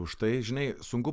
už tai žinai sunku